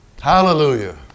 Hallelujah